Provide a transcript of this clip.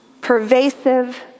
pervasive